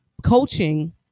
Coaching